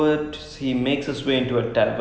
oh he kills a monster right right